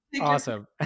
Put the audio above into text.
Awesome